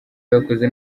yakoze